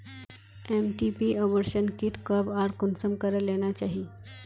MTP abortion kit कब आर कुंसम करे लेना चही?